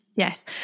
Yes